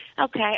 Okay